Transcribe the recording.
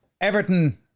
Everton